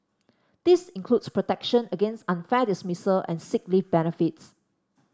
this includes protection against unfair dismissal and sick leave benefits